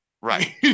Right